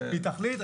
היא תחליט,